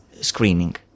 screening